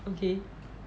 okay